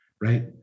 Right